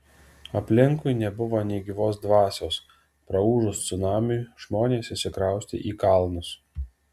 aplinkui nebuvo nė gyvos dvasios praūžus cunamiui žmonės išsikraustė į kalnus